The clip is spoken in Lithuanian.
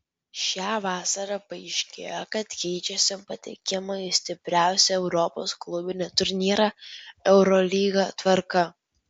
šią vasarą paaiškėjo kad keičiasi patekimo į stipriausią europos klubinį turnyrą eurolygą tvarka